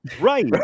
Right